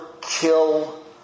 kill